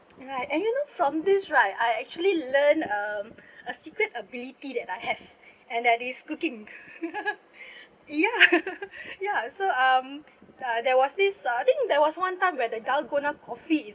right and you know from this right I actually learned um a secret ability that I have and that is cooking ya ya so um uh there was this uh I think there was one time where the dalgona coffee is